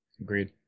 Agreed